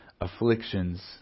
afflictions